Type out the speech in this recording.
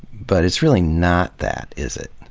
but it's really not that, is it?